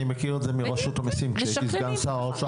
אני מכיר את זה מרשות המיסים כשהייתי סגן שר האוצר,